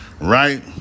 right